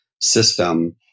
system